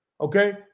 Okay